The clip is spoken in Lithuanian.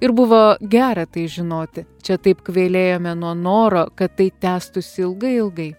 ir buvo gera tai žinoti čia taip kvailėjame nuo noro kad tai tęstųsi ilgai ilgai